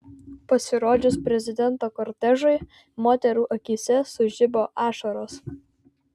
pasirodžius prezidento kortežui moterų akyse sužibo ašaros